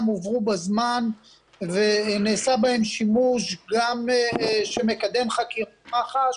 הועברו בזמן ונעשה בהם שימוש גם שמקדם חקירת מח"ש